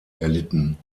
erlitten